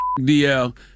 DL